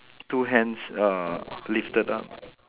two hands err lifted up